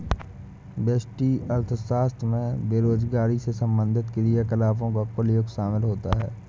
व्यष्टि अर्थशास्त्र में बेरोजगारी से संबंधित क्रियाकलापों का कुल योग शामिल होता है